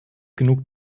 genug